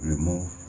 Remove